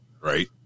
right